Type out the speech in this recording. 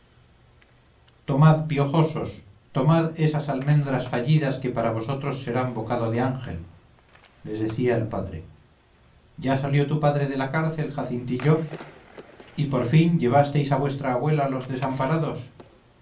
tomad piojosos tomad esas almendras fallidas que para vosotros serán bocado de ángel les decía el padre ya salió tu padre de la cárcel jacintillo y por fin llevasteis a vuestra abuela a los desamparados